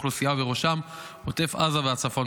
ובראשם עוטף עזה והצפון.